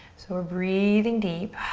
so we're breathing deep.